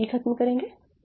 अब यहीं ख़त्म करेंगे